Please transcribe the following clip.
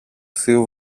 θείου